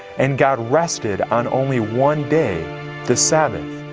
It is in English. and god rested on only one day the sabbath.